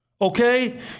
Okay